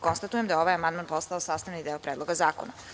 Konstatujem da je ovaj amandman postao sastavni deo Predloga zakona.